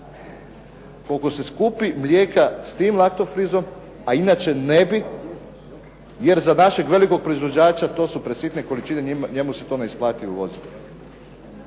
Koliko se skupi mlijeka s tim laktofrizom, a inače ne bi jer za našeg velikog proizvođača to su presitne količine, njemu se to ne isplati voziti.